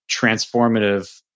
transformative